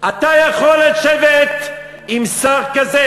אתה יכול לשבת עם שר כזה,